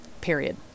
Period